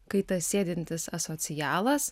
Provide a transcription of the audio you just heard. kai tas sėdintis asocialas